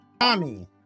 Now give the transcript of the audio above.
Tommy